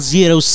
Zero